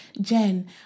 Jen